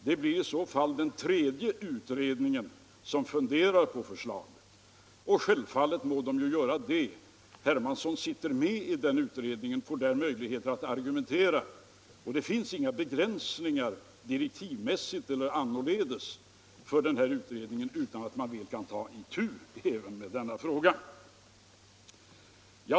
Det blir i så fall den tredje utredningen som funderar på förslaget, och självfallet må utredningen göra det. Herr Hermansson sitter med i den utredningen och får där möjligheter att argumentera. Det finns inga begränsningar direktivmässigt eller annorledes för utredningen härvidlag, utan den kan mycket väl ta itu även med denna fråga.